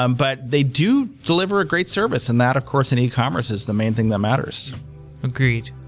um but they do deliver a great service, and that, of course, in ecommerce, is the main thing that matters agreed.